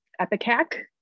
epicac